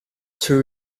two